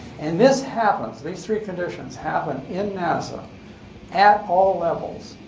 and this happens these three conditions, happen in nasa at all levels,